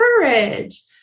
Courage